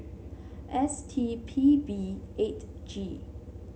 S T P B eight G